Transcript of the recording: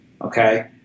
Okay